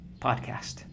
podcast